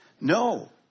No